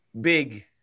big